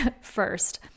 first